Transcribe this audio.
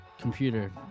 computer